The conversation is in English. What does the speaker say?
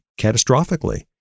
catastrophically